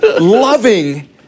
loving